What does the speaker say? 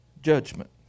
Judgment